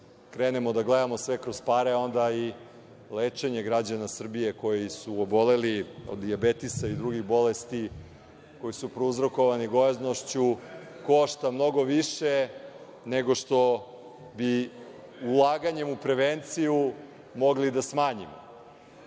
krenemo da gledamo sve kroz pare, onda i lečenje građana Srbije koji su oboleli od dijabetesa i drugih bolesti koje su prouzrokovane gojaznošću, košta mnogo više nego što bi ulaganjem u prevenciju mogli da smanjimo. Šesnaest